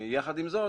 יחד עם זאת,